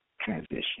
transition